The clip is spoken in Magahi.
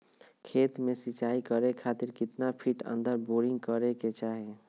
खेत में सिंचाई करे खातिर कितना फिट अंदर बोरिंग करे के चाही?